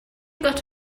got